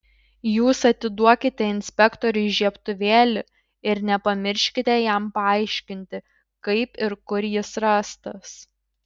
jūs atiduokite inspektoriui žiebtuvėlį ir nepamirškite jam paaiškinti kaip ir kur jis rastas